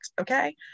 Okay